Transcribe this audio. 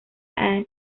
and